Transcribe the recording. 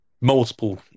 multiple